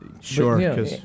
Sure